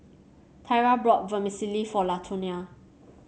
Tyra brought Vermicelli for Latonia